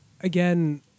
again